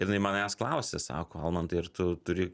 ir jinai manęs klausė sako almantai ar tu turi